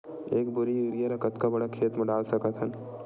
एक बोरी यूरिया ल कतका बड़ा खेत म डाल सकत हन?